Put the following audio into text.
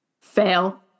Fail